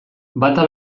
bata